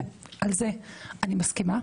על זה אני מסכימה,